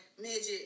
Midget